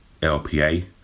lpa